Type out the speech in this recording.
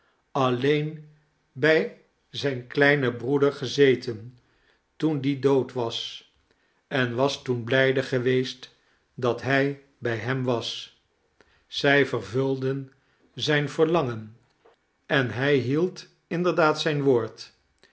alleen bij zijn kleinen broeder gezeten toen die dood was en was toen blijde geweest dat hij by hem was z'y vervulden zijn verlangen en hij hield inderdaad zijn woord